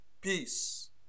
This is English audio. peace